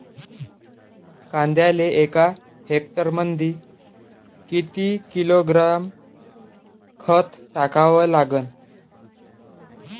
कांद्याले एका हेक्टरमंदी किती किलोग्रॅम खत टाकावं लागन?